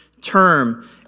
term